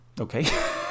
Okay